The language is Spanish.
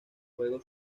juego